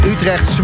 Utrecht